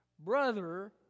Brother